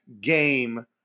game